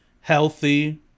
healthy